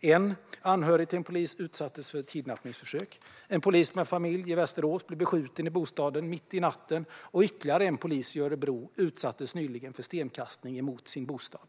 En anhörig till en polis utsattes för ett kidnappningsförsök. En polis med familj i Västerås blev beskjuten i bostaden mitt i natten, och ytterligare en polis i Örebro utsattes nyligen för stenkastning mot bostaden.